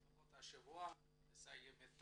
לפחות השבוע נסיים את